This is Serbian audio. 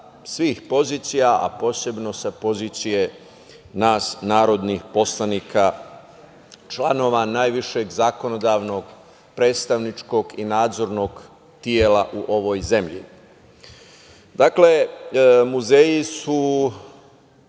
a posebno sa pozicije nas narodnih poslanika članova najvišeg zakonodavnog predstavničkog i nadzornog tela u ovoj zemlji. Dakle, muzeji su